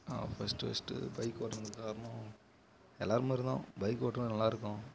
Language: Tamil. நான் ஃபஸ்ட்டு ஃபஸ்ட்டு பைக் ஓட்டினது காரணம் எல்லார் மாதிரி தான் பைக் ஓட்டினா நல்லாயிருக்கும்